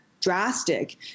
drastic